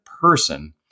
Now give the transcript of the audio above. person